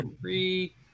Three